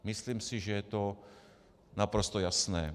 Myslím si, že je to naprosto jasné.